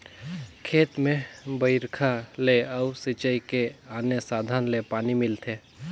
खेत में बइरखा ले अउ सिंचई के आने साधन ले पानी मिलथे